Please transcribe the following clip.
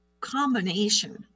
combination